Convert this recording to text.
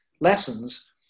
lessons